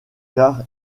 car